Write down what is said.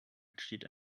entsteht